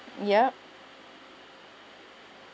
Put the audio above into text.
yup